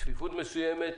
צפיפות מסוימת,